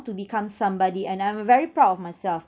to become somebody and I'm very proud of myself